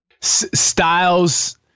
Styles